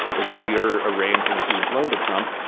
is it? if you're arranging a huge loan to trump,